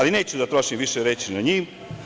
Neću da trošim više reči na njih.